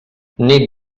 nit